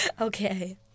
Okay